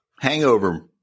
Hangover